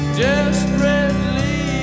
desperately